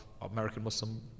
American-Muslim